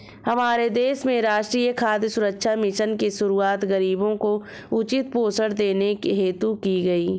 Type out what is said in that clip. हमारे देश में राष्ट्रीय खाद्य सुरक्षा मिशन की शुरुआत गरीबों को उचित पोषण देने हेतु की गई